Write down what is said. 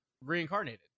reincarnated